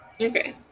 Okay